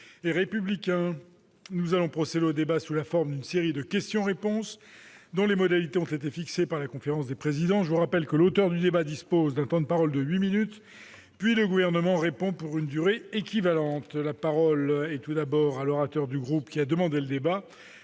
Nous allons procéder au débat sous la forme d'une série de questions-réponses dont les modalités ont été fixées par la conférence des présidents. Je rappelle que l'auteur de la demande dispose d'un temps de parole de huit minutes, puis le Gouvernement répond pour une durée équivalente. À l'issue du débat, le groupe auteur de la demande